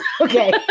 Okay